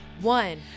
One